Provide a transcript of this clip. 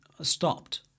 stopped